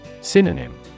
Synonym